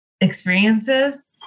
experiences